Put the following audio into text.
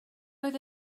oedd